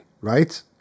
right